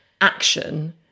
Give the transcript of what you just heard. action